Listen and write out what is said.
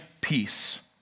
peace